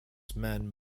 men